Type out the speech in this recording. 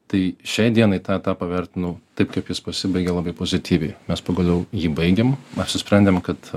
tai šiai dienai tą etapą vertinau taip kaip jis pasibaigė labai pozityviai mes pagaliau jį baigėm apsisprendėm kad